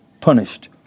punished